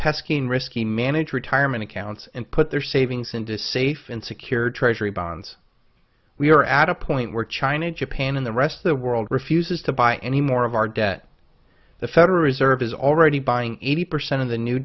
and risky manage retirement accounts and put their savings into safe and secure treasury bonds we are at a point where china japan and the rest of the world refuses to buy any more of our debt the federal reserve is already buying eighty percent of the new